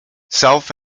south